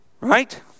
Right